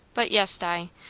but yes, di,